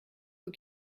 who